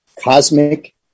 cosmic